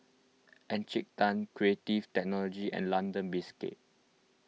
Encik Tan Creative Technology and London Biscuits